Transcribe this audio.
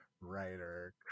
Writer